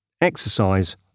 exercise